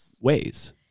ways